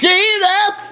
Jesus